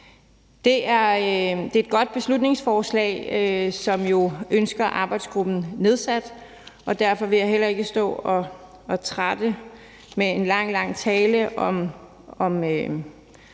Det er et godt beslutningsforslag, hvor man jo ønsker, at arbejdsgruppen bliver nedsat, og derfor vil jeg heller ikke stå her og trætte med at komme en lang, lang tale om,